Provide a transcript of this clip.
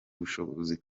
ubushobozi